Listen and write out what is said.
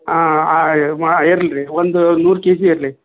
ಹಾಂ ಹಾಂ ಮಾ ಇರ್ಲಿ ರೀ ಒಂದು ನೂರು ಕೆಜಿ ಇರಲಿ